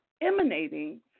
emanating